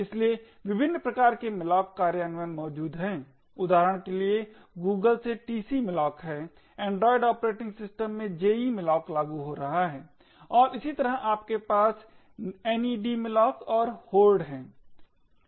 इसलिए विभिन्न प्रकार के malloc कार्यान्वयन मौजूद हैं उदाहरण के लिए Google से tcmalloc है Android ऑपरेटिंग सिस्टम में jemalloc लागू हो रहा है और इसी तरह आपके पास nedmalloc और Hoard है